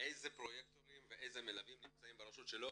איזה פרויקטורים ואיזה מלווים נמצאים ברשות שלו,